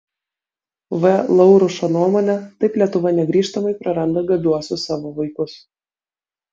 v laurušo nuomone taip lietuva negrįžtamai praranda gabiuosius savo vaikus